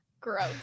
gross